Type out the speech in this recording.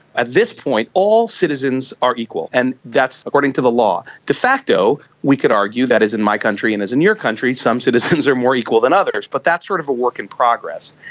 at this point all citizens are equal, and that's according to the law. de facto we could argue, that is in my country and in your country, some citizens are more equal than others. but that's sort of a work in progress.